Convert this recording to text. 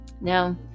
Now